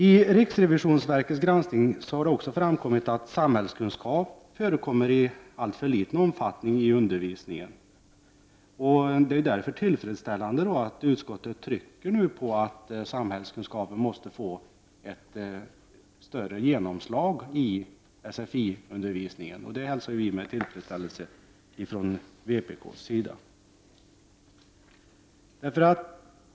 I riksrevisionsverkets granskning har det också framkommit att samhällskunskap förekommer i alltför liten omfattning i undervisningen. Därför är det tillfredsställande att utskottet nu trycker på att samhällskunskap måste få ett större genomslag i sfi-undervisningen. Det hälsar vi i vpk med tillfredsställelse.